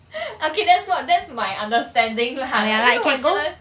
okay that's what that's my understanding lah like 因为我觉得